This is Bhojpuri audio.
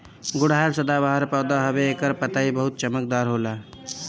गुड़हल सदाबाहर पौधा हवे एकर पतइ बहुते चमकदार होला